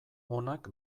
onak